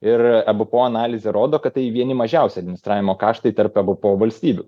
ir ebpo analizė rodo kad tai vieni mažiausi administravimo kaštai tarp ebpo valstybių